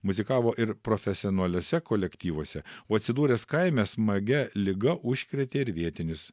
muzikavo ir profesionaliuose kolektyvuose o atsidūręs kaime smagia liga užkrėtė ir vietinius